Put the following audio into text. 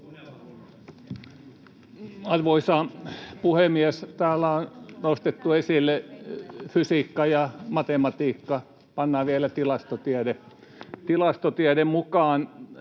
Arvoisa puhemies! Täällä on nostettu esille fysiikka ja matematiikka. Pannaan vielä tilastotiede mukaan.